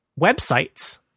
websites